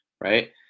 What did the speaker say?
right